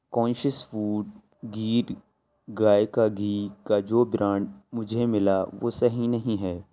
conscious food Gir گائے کا گھی کا جو برانڈ مجھے ملا وہ صحیح نہیں ہے